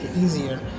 easier